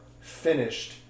finished